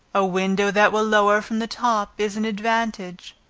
a window that will lower from the top is an advantage.